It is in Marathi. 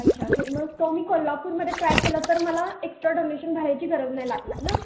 अच्छा सर मग तो मी कोल्हापूरमध्ये ट्राय केलं तर मला एक्स्ट्रा डोनेशन भरायची गरज नाही लागणार ना